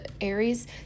Aries